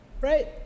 right